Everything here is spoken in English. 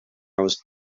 was